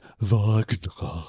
Wagner